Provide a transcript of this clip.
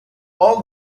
all